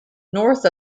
north